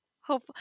Hope